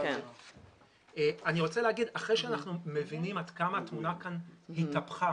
אחרי שאנחנו מבינים עד כמה התמונה כאן התהפכה,